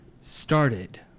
Started